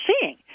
seeing